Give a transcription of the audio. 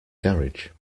garage